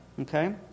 okay